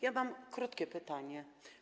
Ja mam krótkie pytanie.